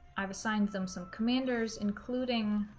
i've assigned them some commanders including